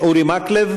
אורי מקלב